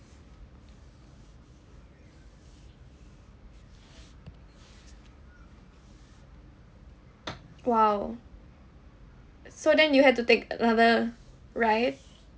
!wow! so then you had to take another ride